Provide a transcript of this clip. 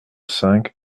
cinq